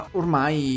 ormai